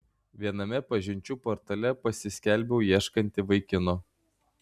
viename pažinčių portale pasiskelbiau ieškanti vaikino